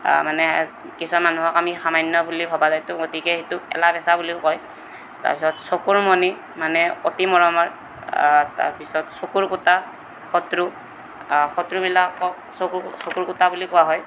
মানে কিছুমান মানুহক আমি সামান্য বুলি ভবা যায় গতিকে সেইটোক এলা পেচা বুলিও কয় তাৰ পিছত চকুৰ মণি মানে অতি মৰমৰ তাৰ পিছত চকুৰ কূটা শত্ৰু শত্ৰু বিলাকক চকুৰ কূ চকুৰ কূটা বুলি কোৱা হয়